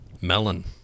melon